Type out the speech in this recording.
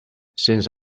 since